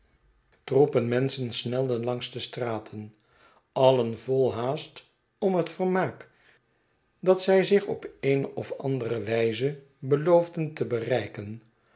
troepen menschen snelden langs de straten alien vol haast om het vermaak dat zij zich op eene of andere wijze beloofden te bereiken